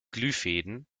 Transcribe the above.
glühfäden